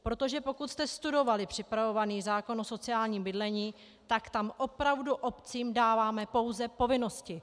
Protože pokud jste studovali připravovaný zákon o sociálním bydlení, tak tam opravdu obcím dáváme pouze povinnosti.